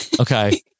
Okay